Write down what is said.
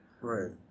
Right